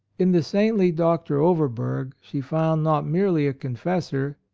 in the saintly dr. overberg she found not merely a confessor,